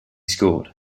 scored